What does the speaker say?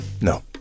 No